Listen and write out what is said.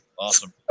Awesome